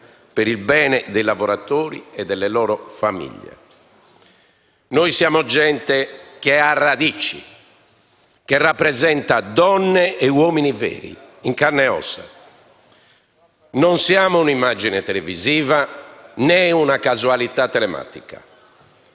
per il bene dei lavoratori e delle loro famiglie. Noi siamo gente che ha radici, che rappresenta donne e uomini veri, in carne e ossa; non siamo un'immagine televisiva né una casualità telematica.